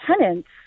tenants